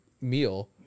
meal